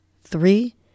three